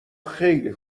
خیلی